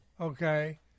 okay